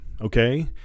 okay